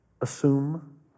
assume